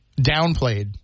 downplayed